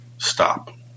Stop